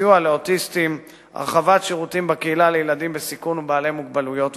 סיוע לאוטיסטים והרחבת שירותים בקהילה לילדים בסיכון ובעלי מוגבלויות.